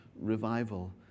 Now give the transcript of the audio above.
revival